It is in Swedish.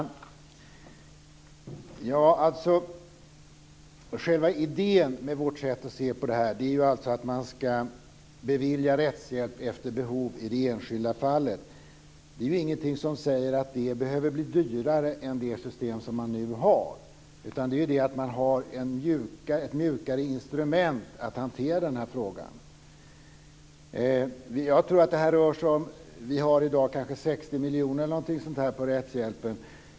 Fru talman! Själva idén med vårt sätt att se på det här är att man ska bevilja rättshjälp efter behov i det enskilda fallet. Det är ingenting som säger att det behöver bli dyrare än det system som man har nu. Det ger snarare ett mjukare instrument för att hantera den här frågan. Jag tror att det rör sig om 60 miljoner som i dag går till rättshjälpen.